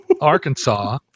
Arkansas